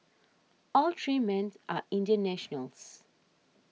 all three men are Indian nationals